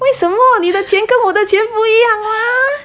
为什么你的钱跟我的钱不一样 mah